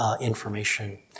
information